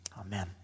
Amen